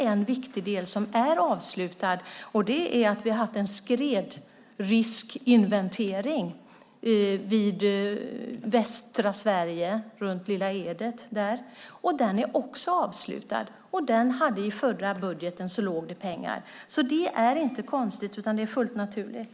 En viktig del som är avslutad är en skredriskinventering i västra Sverige, runt Lilla Edet. I förra budgeten fanns det pengar till det. Det är inte konstigt utan fullt naturligt.